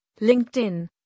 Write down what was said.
LinkedIn